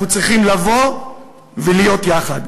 אנחנו צריכים לבוא ולהיות יחד.